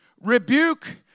Rebuke